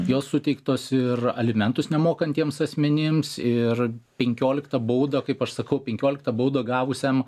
jos suteiktos ir alimentus nemokantiems asmenims ir penkioliktą baudą kaip aš sakau penkioliktą baudą gavusiam